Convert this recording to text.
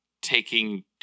taking